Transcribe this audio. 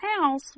house